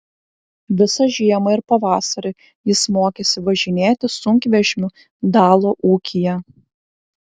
visą žiemą ir pavasarį jis mokėsi važinėti sunkvežimiu dalo ūkyje